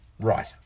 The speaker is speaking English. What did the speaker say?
Right